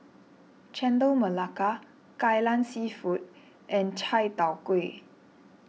Chendol Melaka Kai Lan Seafood and Chai Tow Kuay